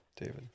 David